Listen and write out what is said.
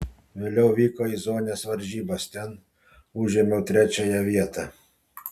vėliau vykau į zonines varžybas ten užėmiau trečiąją vietą